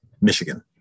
Michigan